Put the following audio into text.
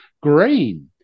Green